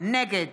נגד